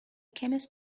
chemist